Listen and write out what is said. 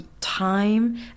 time